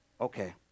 Okay